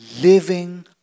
living